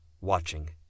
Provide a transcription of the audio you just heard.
watching